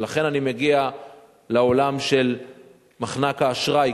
ולכן אני מגיע לעולם של מחנק האשראי,